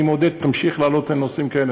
אני מעודד: תמשיך להעלות את הנושאים האלה,